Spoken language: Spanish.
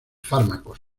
fármacos